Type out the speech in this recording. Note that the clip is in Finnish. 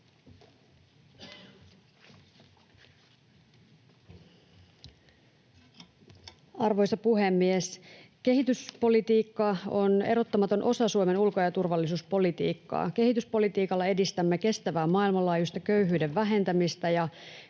Arvoisa puhemies! Kehityspolitiikka on erottamaton osa Suomen ulko- ja turvallisuuspolitiikkaa. Kehityspolitiikalla edistämme kestävää maailmanlaajuista köyhyyden vähentämistä